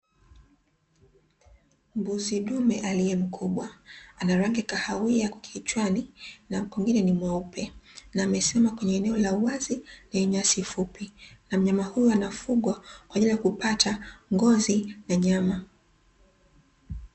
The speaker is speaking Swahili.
Mbuzi dume aliye mkubwa, ana rangi ya kahawia kichwani na kwingine ni mweupe na amesimama kwenye eneo la wazi lenye nyasi fupi na mnyama huyo anafugwa kwa ajili ya kupata ngozi na nyama.